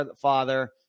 father